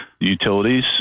utilities